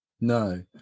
No